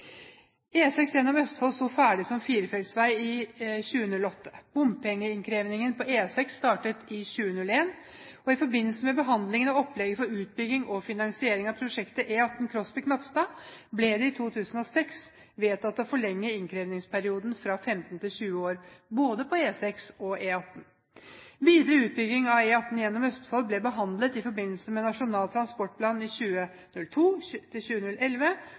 E6 gjennom Østfold sto ferdig som firefelts vei i 2008. Bompengeinnkrevingen på E6 startet i 2001. I forbindelse med behandlingen av opplegget for utbygging og finansiering av prosjektet E18 Krosby–Knapstad ble det i 2006 vedtatt å forlenge innkrevingsperioden fra 15 til 20 år på både E6 og E18. Videre utbygging av E18 gjennom Østfold ble behandlet i forbindelse med Nasjonal transportplan 2002–2011 og Nasjonal transportplan 2006–2015. Stortinget har senere sluttet seg til